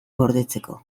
gordetzeko